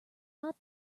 not